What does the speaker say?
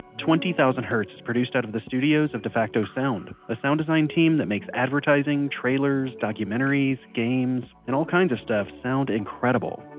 twenty thousand hertz is produced out of the studios of defacto sound. a sound design team that makes advertising, trailers, documentaries, games, and all kinds of stuff sound incredible.